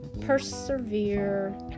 persevere